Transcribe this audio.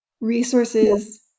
resources